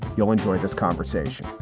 you'll enjoy this conversation.